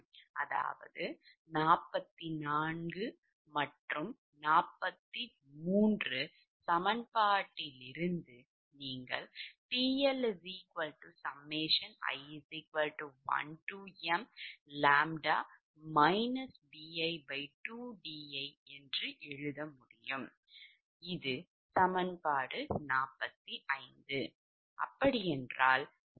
அதாவது 44 மற்றும் 43 சமன்பாட்டிலிருந்து நீங்கள் Pgiʎ bi2di என்று எழுத முடியும்